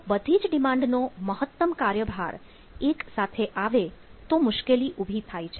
જો બધી જ ડિમાન્ડ નો મહત્તમ કાર્યભાર એક સાથે આવે તો મુશ્કેલી ઉભી થાય છે